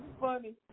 funny